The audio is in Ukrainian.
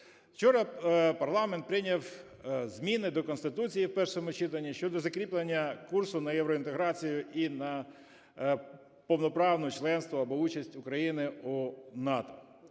Вчора парламент прийняв зміни до Конституції в першому читанні щодо закріплення курсу на євроінтеграцію і на повноправне членство або участь України в НАТО.